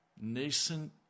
nascent